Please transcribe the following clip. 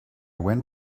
went